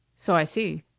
so i see.